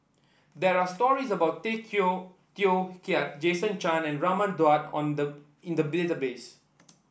there are stories about Tay Teow Kiat Jason Chan and Raman Daud on the in the database